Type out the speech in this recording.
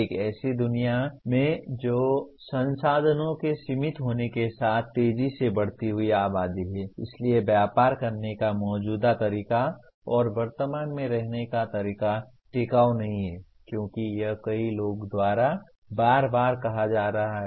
एक ऐसी दुनिया में जो संसाधनों के सीमित होने के साथ तेजी से बढ़ती हुई आबादी है इसलिए व्यापार करने का मौजूदा तरीका और वर्तमान में रहने का तरीका टिकाऊ नहीं है क्योंकि यह कई लोगों द्वारा बार बार कहा जा रहा है